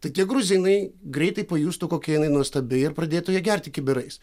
tai tie gruzinai greitai pajustų kokia jinai nuostabi ir pradėtų ją gerti kibirais